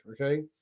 okay